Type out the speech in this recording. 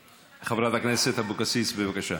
יכול, חברת הכנסת אבקסיס, בבקשה.